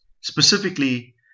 Specifically